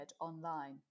online